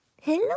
Hello